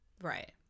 Right